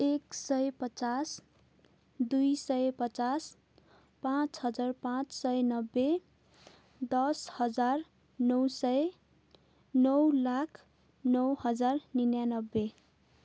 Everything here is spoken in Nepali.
एक सय पचास दुई सय पचास पाँच हजार पाँच सय नब्बे दस हजार नौ सय नौ लाख नौ हजार उनान्सय